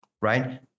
right